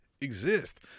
exist